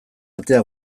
atea